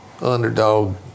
underdog